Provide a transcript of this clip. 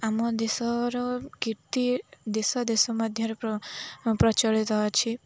ଆମ ଦେଶର କୀର୍ତ୍ତି ଦେଶ ଦେଶ ମଧ୍ୟରେ ପ୍ରଚଳିତ ଅଛି